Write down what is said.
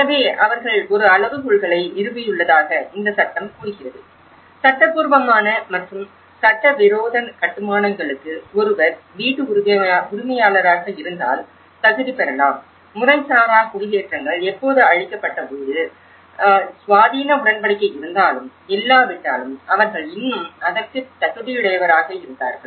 எனவே அவர்கள் ஒரு அளவுகோல்களை நிறுவியுள்ளதாகக் இந்த சட்டம் கூறுகிறது சட்டபூர்வமான மற்றும் சட்டவிரோத கட்டுமானங்களுக்கு ஒருவர் வீட்டு உரிமையாளராக இருந்தால் தகுதி பெறலாம் முறைசாரா குடியேற்றங்கள் எப்போது அழிக்கப்பட்டபோது சுவாதீன உடன்படிக்கை இருந்தாலும் இல்லாவிட்டாலும் அவர்கள் இன்னும் அதற்கு தகுதியுடையவராக இருந்தார்கள்